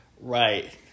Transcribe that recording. Right